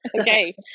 Okay